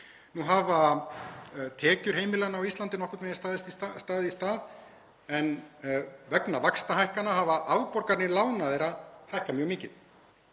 Nú hafa tekjur heimilanna á Íslandi nokkurn veginn staðið í stað en vegna vaxtahækkana hafa afborganir lána þeirra hækka mjög mikið.